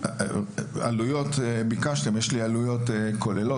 ביקשתם את העלויות יש לי את העלויות הכוללות,